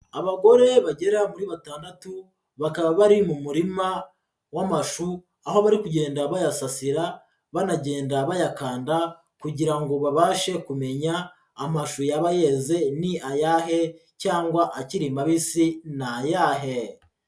Abagore bagera muri batandatu, bakaba bari mu murima w'amashu, aho bari kugenda bayashasira, banagenda bayakanda, kugira ngo babashe kumenya amashu yaba yeze ni ayahe cyangwa akiri mabisi ni ayahehe.